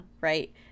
right